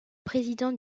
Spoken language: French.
président